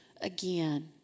again